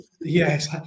Yes